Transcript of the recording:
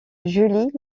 julie